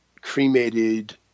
cremated